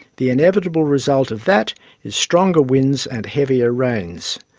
the inevitable result of that is stronger winds and heavier rains.